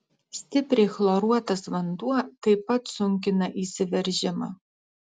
stipriai chloruotas vanduo taip pat sunkina įsiveržimą